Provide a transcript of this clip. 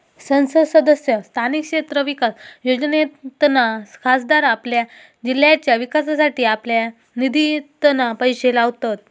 संसद सदस्य स्थानीय क्षेत्र विकास योजनेतना खासदार आपल्या जिल्ह्याच्या विकासासाठी आपल्या निधितना पैशे लावतत